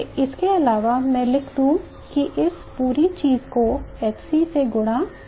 इसके अलावा मैं लिख दूं कि इस पूरी चीज को h c से गुणा किया जाए